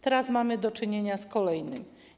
Teraz mamy do czynienia z kolejnym.